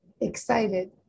excited